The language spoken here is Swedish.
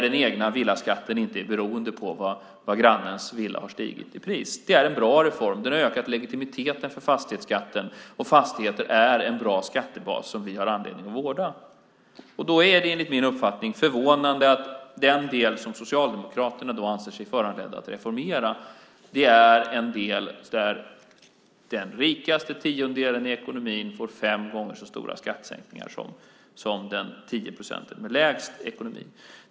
Den egna villaskatten är inte beroende av hur grannens villa har stigit i pris. Det är en bra reform. Den har ökat legitimiteten för fastighetsskatten, och fastigheter är en bra skattebas som vi har anledning att vårda. Då är det enligt min uppfattning förvånande att den del som Socialdemokraterna anser sig föranledda att reformera är den del där den rikaste tiondelen i ekonomin får fem gånger så stora skattesänkningar som de tio procenten med lägst ekonomi.